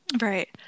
right